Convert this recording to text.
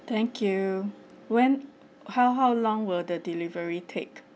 thank you when how how long will the delivery take